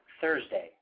Thursday